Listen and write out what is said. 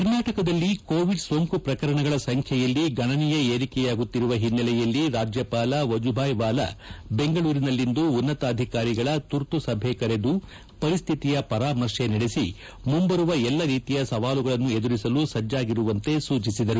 ಕರ್ನಾಟಕದಲ್ಲಿ ಕೋವಿಡ್ ಸೋಂಕು ಪ್ರಕರಣಗಳ ಸಂಬ್ಲೆಯಲ್ಲಿ ಗಣನೀಯ ಏರಿಕೆಯಾಗುತ್ತಿರುವ ಹಿನ್ನೆಲೆಯಲ್ಲಿ ರಾಜ್ಲಪಾಲ ವಜೂಬಾಯಿ ವಾಲಾ ಬೆಂಗಳೂರಿನಲ್ಲಿಂದು ಉನ್ನತಾಧಿಕಾರಿಗಳ ತುರ್ತು ಸಭೆ ಕರೆದು ಪರಿಸ್ಹಿತಿಯ ಪರಾಮರ್ಶೆ ನಡೆಸಿ ಮುಂಬರುವ ಎಲ್ಲ ರೀತಿಯ ಸವಾಲುಗಳನ್ನು ಎದುರಿಸಲು ಸಜ್ಲಾಗಿರುವಂತೆ ಸೂಚಿಸಿದರು